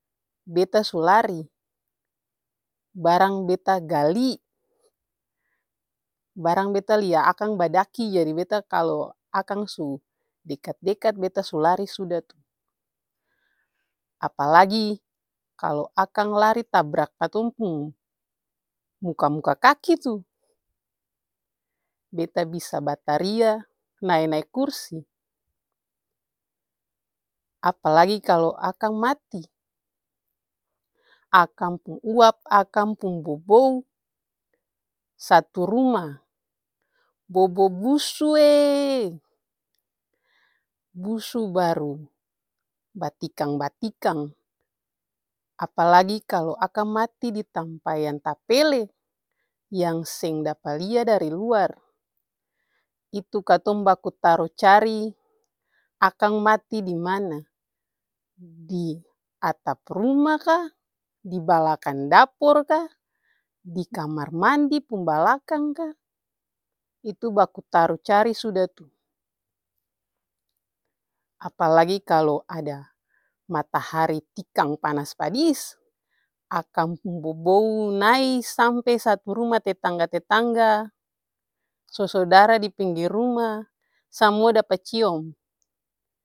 Beta su lari, barang beta gali, barang beta lia akang badaki jadi beta kalu akang su dekat-dekat beta su lari suda tuh. Apalagi kalu akang lari tabrak katong pung muka-muka kaki tuh, beta bisa bataria nae-nae kursi. Apalagi kalu akang mati, akang pung uap, akang pung bobou satu ruma bobo busue, busu baru batikang-batikang. Apalagi kalu akang mati ditampa yang tapele yang seng dapa lia dari luar itu katong baku taru cari akang mati dimana, diatap ruma ka, dibalang dapor ka, dikamar mandi pung balakang ka, itu bakuntaru cari suda tuh. Apalagi kalu ada matahari tikang panas padis akang pung bobou nai sampe satu rumah tetangga-tetangga, sosodara dipinggir ruma samua dapa ciom.